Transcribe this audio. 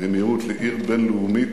במהירות לעיר בין-לאומית,